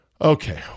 Okay